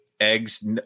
eggs